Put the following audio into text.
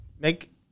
make